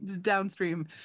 downstream